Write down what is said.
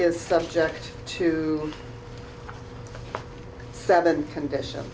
is subject to seven condition